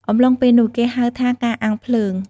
អំឡុងពេលនោះ គេហៅថាការអាំងភ្លើង។